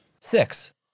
Six